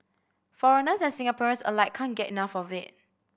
foreigners and Singaporeans alike can't get enough of it